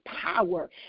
power